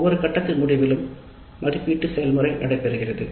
ஒவ்வொன்றின் முடிவிலும் கட்டம் மதிப்பீட்டு செயல்முறை நடைபெறுகிறது